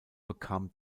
bekam